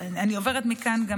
אני עוברת מכאן גם,